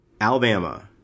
alabama